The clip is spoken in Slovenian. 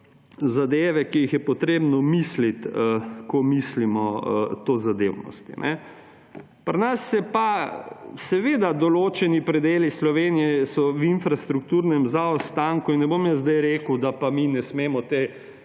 zadeve, ki jih je potrebno misliti, ko mislimo tozadevnosti. Pri nas se pa … Seveda določeni predeli Sloveniji so v infrastrukturnem zaostanku in ne bom zdaj rekel, da pa mi ne smemo te